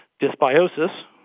Dysbiosis